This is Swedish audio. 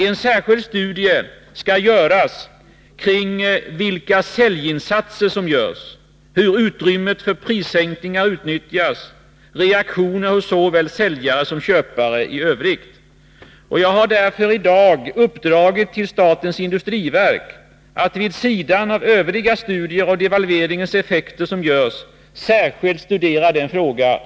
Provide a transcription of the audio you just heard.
En särskild studie skall göras kring vilka säljinsatser som görs, hur utrymmet för prissänkningar utnyttjas och reaktioner hos såväl säljare som köpare i övrigt. Jag har därför i dag uppdragit till statens industriverk att vid sidan av övriga studier av devalveringens effekter som görs särskilt studera denna fråga.